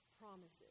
promises